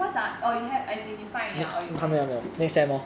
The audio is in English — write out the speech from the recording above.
what's ah oh you had as you sign already ah